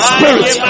Spirit